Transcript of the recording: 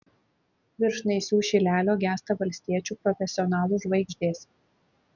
virš naisių šilelio gęsta valstiečių profesionalų žvaigždės